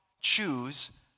choose